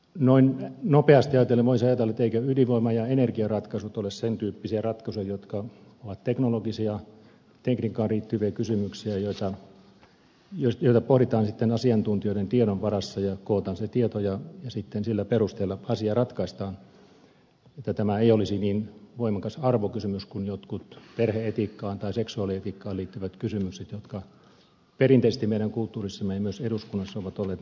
noin nopeasti ajatellen voisi ajatella eivätkö ydinvoima ja energiaratkaisut ole sen tyyppisiä ratkaisuja jotka ovat teknologisia tekniikkaan liittyviä kysymyksiä joita pohditaan sitten asiantuntijoiden tiedon varassa ja kootaan se tieto ja sitten sillä perusteella asia ratkaistaan että tämä ei olisi niin voimakas arvokysymys kuin jotkut perhe etiikkaan tai seksuaalietiikkaan liittyvät kysymykset jotka perinteisesti meidän kulttuurissamme ja myös eduskunnassa ovat olleet näitä omantunnonkysymyksiä